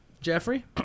Jeffrey